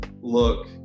look